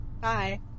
Bye